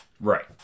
Right